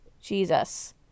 Jesus